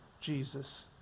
Jesus